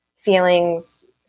feelings